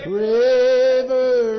river